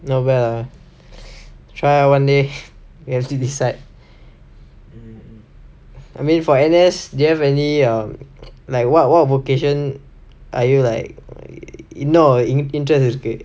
not bad ah try out one day have you decide